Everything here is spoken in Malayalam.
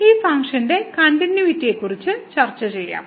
ഈ ഫംഗ്ഷന്റെ കണ്ടിന്യൂയിറ്റിയെക്കുറിച്ച് ചർച്ച ചെയ്യാം